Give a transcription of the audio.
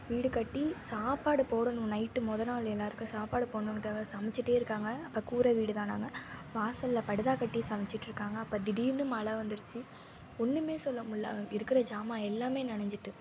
வீடு கட்டி சாப்பாடு போடணும் நைட்டு மொதல் நாள் எல்லோருக்கும் சாப்பாடு போடணுங்குறதுக்காக சமைச்சிட்டே இருக்காங்க அப்போ கூரை வீடுதான் நாங்கள் வாசலில் படுதா கட்டி சமைச்சிட்ருக்காங்க அப்போ திடீர்னு மழை வந்துடுச்சி ஒன்றுமே சொல்லமுடில இருக்கிற ஜாமான் எல்லாம் நனைஞ்சிட்டு